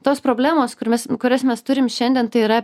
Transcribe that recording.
tos problemos kur mes kurias mes turim šiandien tai yra